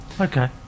okay